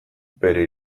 bere